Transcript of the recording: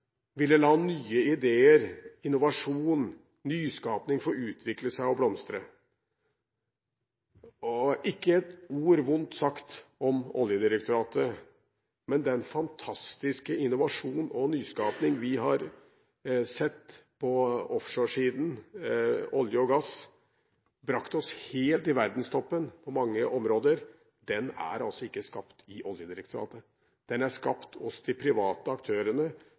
ville la nye ideer, innovasjon og nyskaping få utvikle seg og blomstre. Ikke et vondt ord sagt om Oljedirektoratet, men den fantastiske innovasjon og nyskaping vi har sett på offshore-siden, olje og gass, som har brakt oss helt i verdenstoppen på mange områder, er ikke skapt i Oljedirektoratet. Den er skapt hos de private aktørene